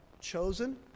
chosen